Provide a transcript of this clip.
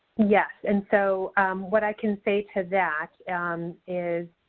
yes. and so what i can say to that is